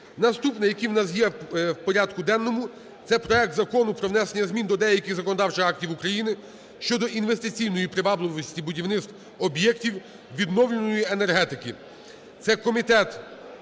Наступний, який у нас є в порядку денному, це проект Закону про внесення змін до деяких законодавчих актів України (щодо інвестиційної привабливості будівництва об'єктів відновлювальної енергетики).